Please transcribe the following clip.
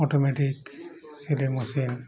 automatic ସିଲେଇ machine